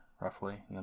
roughly